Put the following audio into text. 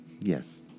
Yes